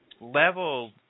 level